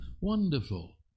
wonderful